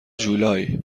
جولای